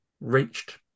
reached